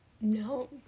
No